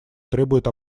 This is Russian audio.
требуют